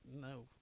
no